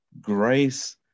grace